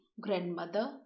Grandmother